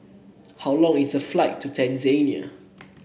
how long is the flight to Tanzania